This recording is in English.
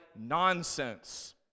nonsense